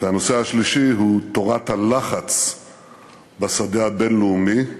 והנושא השלישי הוא תורת הלחץ בשדה הבין-לאומי,